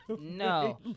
No